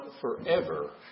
forever